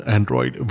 Android